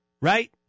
Right